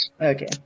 Okay